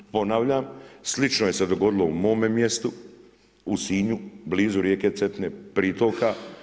Ponavljam slično se dogodilo u mome mjestu u Sinju, blizu rijeke Cetine, pritoka.